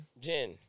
Jen